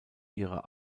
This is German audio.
ihrer